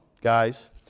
guys